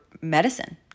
medicine